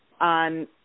on